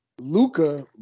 Luca